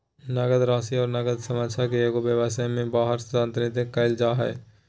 नकद राशि और नकद समकक्ष के एगो व्यवसाय में बाहर स्थानांतरित कइल जा हइ